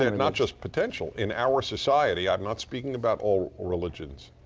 and not just potential. in our society, i'm not speaking about all religions.